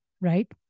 right